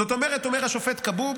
זאת אומרת, אומר השופט כבוב: